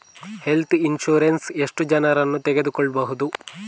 Health insurance ಎಷ್ಟು ಜನರನ್ನು ತಗೊಳ್ಬಹುದು?